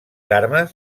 armes